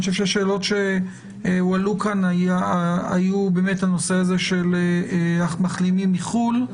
אני חושב שהשאלות שהועלו כאן היו באמת על הנושא הזה של מחלימים מחו"ל,